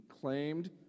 claimed